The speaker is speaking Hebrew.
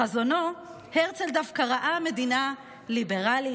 בחזונו הרצל דווקא ראה מדינה ליברלית,